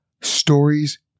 Stories